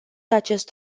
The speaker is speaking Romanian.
acest